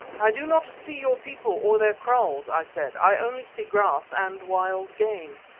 i do not see your people or their kraals, i said i only see grass and wild game.